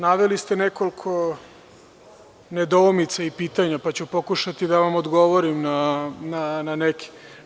Naveli ste nekoliko nedoumica i pitanja, pa ću pokušati da vam odgovorim na neke.